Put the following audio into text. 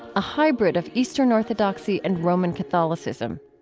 a hybrid of eastern orthodoxy and roman catholicism.